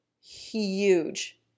huge